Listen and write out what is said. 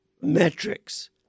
metrics